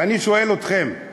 ואני שואל אתכם,